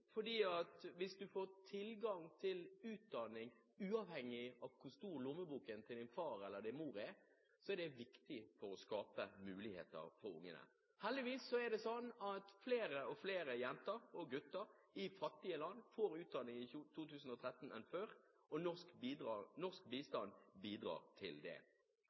Hvis du får tilgang til utdanning, uavhengig av hvor stor lommeboken til din far eller din mor er, er det viktig for å skape muligheter for ungene. Heldigvis er det sånn at flere og flere jenter og gutter i fattige land får utdanning i 2013 enn før, og norsk bistand bidrar til det.